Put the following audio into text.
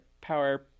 power